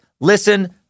Listen